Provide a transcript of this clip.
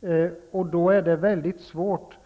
Det är väldigt svårt